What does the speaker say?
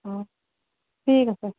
ওম ঠিক আছে